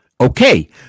Okay